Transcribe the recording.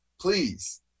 please